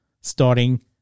starting